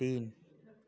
तीन